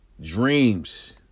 Dreams